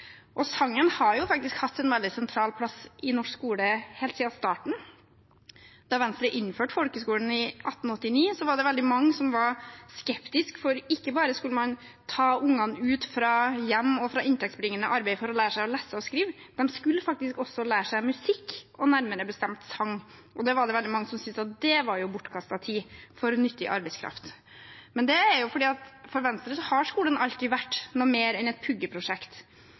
Sangen har hatt en veldig sentral plass i norsk skole helt siden starten. Da Venstre innførte folkeskolen i 1889, var det veldig mange som var skeptiske, for ikke bare skulle man ta ungene ut fra hjem og fra inntektsbringende arbeid for å lære dem å lese og skrive, de skulle faktisk også lære seg musikk – og nærmere bestemt sang. Det var det veldig mange som syntes var bortkastet tid for nyttig arbeidskraft. Men for Venstre har skolen alltid vært noe mer enn et puggeprosjekt.